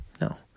no